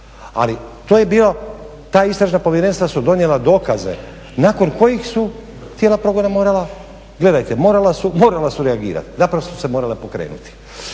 ali to je bio, ta istražna povjerenstva su donijela dokaze nakon kojih su tijela progona morala, gledajte morala su reagirati, zapravo su se morale pokrenuti.